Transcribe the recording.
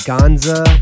Gonza